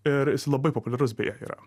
ir labai populiarus beje yra